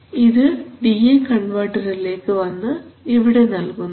ഇത് D A കൺവെർട്ടറിലേക്ക് വന്നു ഇവിടെ നൽകുന്നു